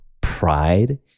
pride